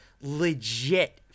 legit